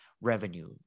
revenue